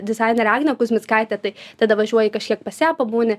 dizainerę agnę kuzmickaitę tai tada važiuoji kažkiek pas ją pabūni